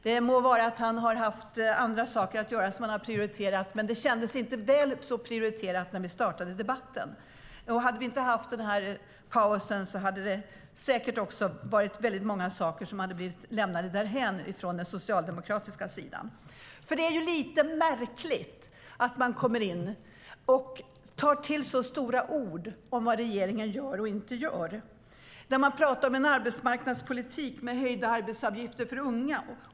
Det må vara att han har andra saker att göra som han har prioriterat, men det kändes inte väl så prioriterat när vi startade debatten. Hade vi inte haft en paus hade många saker säkert lämnats därhän från den socialdemokratiska sidan. Det är också lite märkligt att man kommer in och tar till så stora ord om vad regeringen gör och inte gör. Man pratar om en arbetsmarknadspolitik med höjda arbetsgivaravgifter för unga.